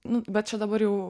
nu bet čia dabar jau